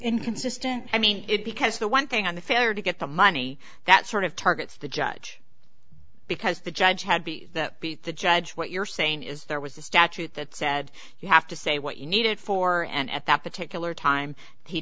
inconsistent i mean it because the one thing on the failure to get the money that sort of targets the judge because the judge had the judge what you're saying is there was a statute that said you have to say what you need it for and at that particular time he